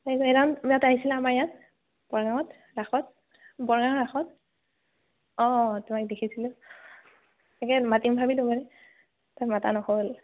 সেইদিনা আহিছিলা আমাৰ ইয়াত বৰগাঙত ৰাসত বৰগাং ৰাসত অঁ অঁ তোমাক দেখিছিলোঁ তাকে মাতিম ভাবিলোঁ মই তাপা মতা নহ'ল